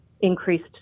increased